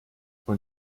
und